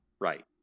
Right